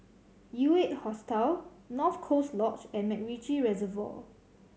U Eight Hostel North Coast Lodge and MacRitchie Reservoir